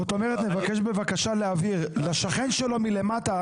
נבקש בבקשה להבהיר, לשכן שלו מלמטה